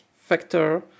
factor